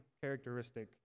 characteristic